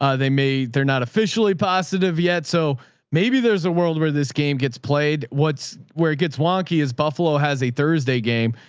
ah they may, they're not officially positive yet. so maybe there's a world where this game gets played. what's where it gets wonky is buffalo has a thursday game.